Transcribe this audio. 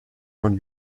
von